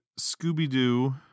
Scooby-Doo